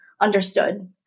understood